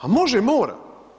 A može i mora.